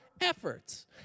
efforts